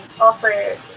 offer